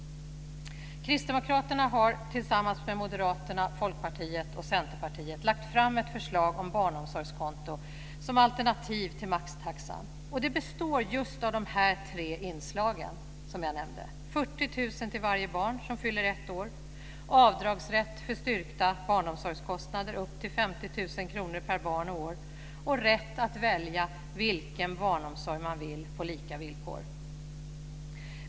Kristdemokraterna har tillsammans med Moderaterna, Folkpartiet och Centerpartiet lagt fram ett förslag om barnomsorgskonto som alternativ till maxtaxan. Det består av just de tre inslag som jag nämnde: 40 000 till varje barn som fyller ett år, avdragsrätt för styrkta barnomsorgskostnader upp till 50 000 kr per barn och år och rätt att välja vilken barnomsorg man vill på lika villkor.